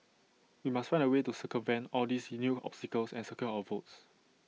we must find A way to circumvent all these new obstacles and secure our votes